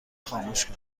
خاموش